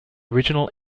original